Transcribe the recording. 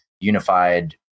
unified